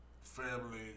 family